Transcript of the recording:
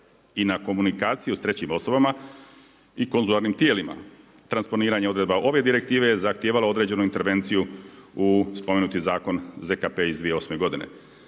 i na komunikaciju s trećim osobama i konzularnim tijelima. Transponiranje odredba ove direktive zahtjeva određenu intervenciju u spomenuti zakon ZKP iz 2008. godine.